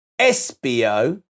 SBO